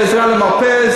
"עזרה למרפא",